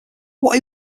what